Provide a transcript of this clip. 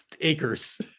acres